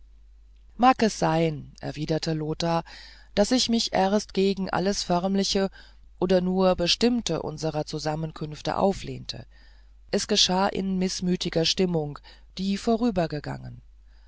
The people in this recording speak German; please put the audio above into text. mag es sein erwiderte lothar daß ich mich erst gegen alles förmliche oder nur bestimmte unserer zusammenkünfte auflehnte es geschah in mißmütiger stimmung die vorübergegangen